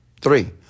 Three